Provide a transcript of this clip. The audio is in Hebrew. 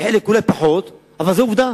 וחלק אולי פחות, אבל זאת עובדה.